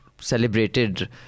celebrated